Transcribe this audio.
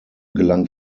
gelang